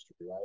right